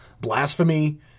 Blasphemy